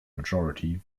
majority